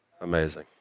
amazing